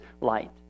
light